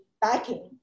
backing